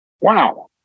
Wow